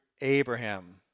Abraham